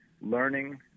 learning